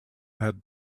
had